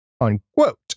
unquote